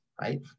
right